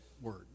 word